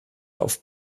auf